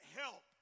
help